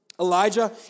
Elijah